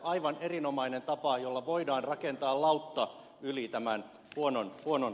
aivan erinomainen tapa jolla voidaan rakentaa lautta yli tämän huonon ajan